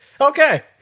Okay